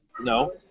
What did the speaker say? No